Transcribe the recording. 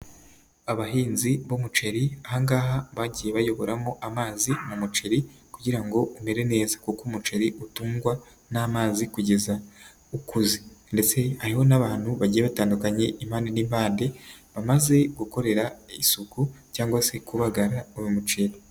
Abahinzi b'umuceri ahangaha bagiye bayoboramo amazi mu muceri kugira ngo umere neza, kuko umuceri utungwa n'amazi kugeza ukuze, ndetse hariho n'abantu bagiye batandukanye impande n'impande, bamaze gukorera isuku cyangwa se kubagara uwo muceri.